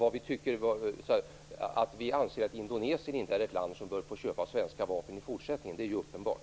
Att vi anser att Indonesien är ett land som inte bör få köpa svenska vapen i fortsättningen är ju uppenbart.